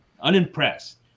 Unimpressed